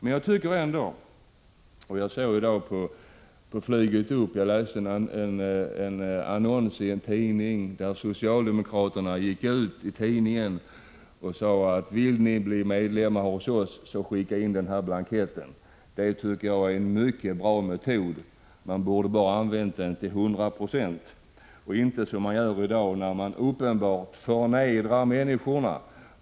På flyget hit i dag läste jag en annons i en tidning där socialdemokraterna sade: Vill ni bli medlemmar hos oss så skicka in blanketten. Det är en mycket bra metod, och den borde man använda till 100 96 och inte göra som nu, när man uppenbart förnedrar människorna.